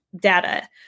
data